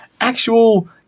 actual